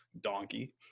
Donkey